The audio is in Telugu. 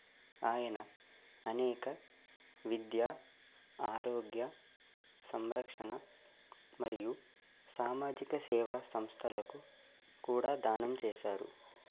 ఆయన అనేక విద్య ఆరోగ్యం సంరక్షణ మరియు సామాజిక సేవా సంస్థలకు కూడా దానం చేశారు